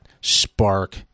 spark-